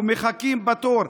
ומחכים בתור,